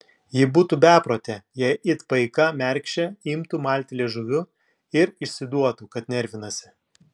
ji būtų beprotė jei it paika mergšė imtų malti liežuviu ir išsiduotų kad nervinasi